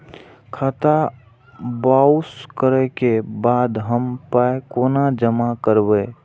खाता बाउंस करै के बाद हम पाय कोना जमा करबै?